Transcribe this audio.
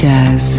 Jazz